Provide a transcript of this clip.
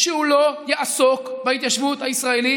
שהוא לא יעסוק בהתיישבות הישראלית,